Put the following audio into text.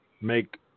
Make